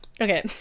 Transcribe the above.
Okay